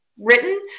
written